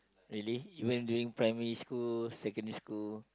really even during primary school secondary school